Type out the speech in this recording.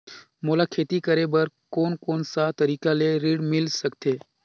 मोला खेती करे बर कोन कोन सा तरीका ले ऋण मिल सकथे?